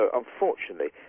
unfortunately